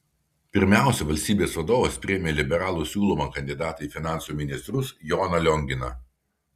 pirmiausia valstybės vadovas priėmė liberalų siūlomą kandidatą į finansų ministrus joną lionginą